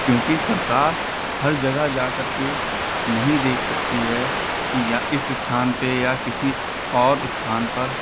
क्योंकि सरकार हर जगह जा करके नहीं देख सकती है कि या इस स्थान पर या किसी और स्थान पर